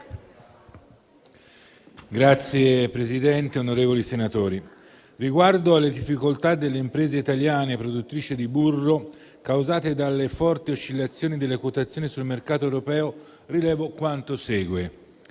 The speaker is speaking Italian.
Signor Presidente, onorevoli senatori, riguardo alle difficoltà delle imprese italiane produttrici di burro, causate dalle forti oscillazioni delle quotazioni sul mercato europeo, rilevo quanto segue.